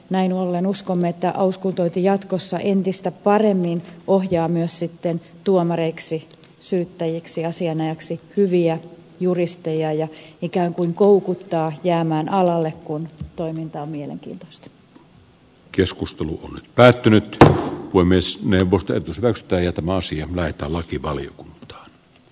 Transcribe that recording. näin ollen uskomme että auskultointi jatkossa entistä paremmin ohjaa myös tuomareiksi syyttäjiksi asianajajiksi hyviä juristeja ja ikään kuin koukuttaa jäämään alalle kun toiminta on päättynyt kuin myös neuvoteltu sekä ostaja tomas ihme että lakivaliokunta